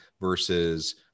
versus